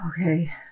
Okay